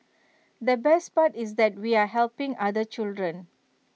the best part is that we are helping other children